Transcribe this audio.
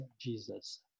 Jesus